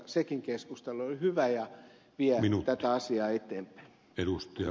sekin keskustelu oli hyvä ja vie tätä asiaa eteenpäin